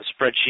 spreadsheet